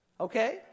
Okay